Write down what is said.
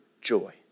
joy